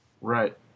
Right